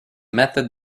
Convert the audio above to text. method